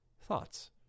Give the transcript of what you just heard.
thoughts